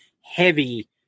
heavy